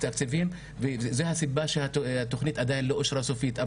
תקציבים וזאת הסיבה שהתוכנית עדיין לא אושרה סופית.